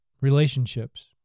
relationships